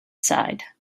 side